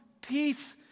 peace